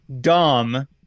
Dumb